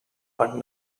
but